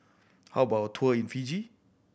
how about a tour in Fiji